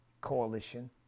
Coalition